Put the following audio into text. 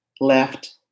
left